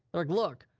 they're like, look,